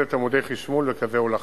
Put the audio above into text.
הכוללת עמודי חשמול וקווי הולכה.